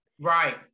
Right